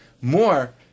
more